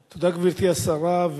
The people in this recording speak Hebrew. תודה, גברתי השרה.